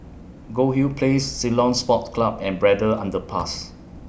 Goldhill Place Ceylon Sports Club and Braddell Underpass